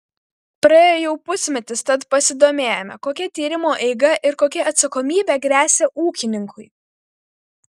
praėjo jau pusmetis tad pasidomėjome kokia tyrimo eiga ir kokia atsakomybė gresia ūkininkui